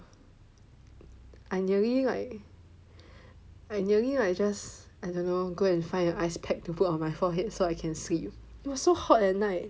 I nearly like I nearly like just I don't know go and find an ice pack to put on my forehead so I can sleep it was so hot at night